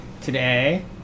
Today